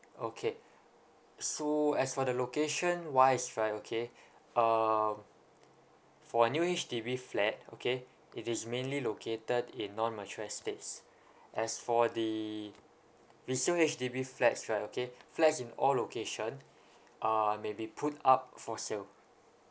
okay so as for the location wise right okay um for a new each H_D_B flat okay it is mainly located in non mature estates as for the resale H_D_B flats right okay flats in all location uh may be put up for sale